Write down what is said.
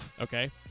Okay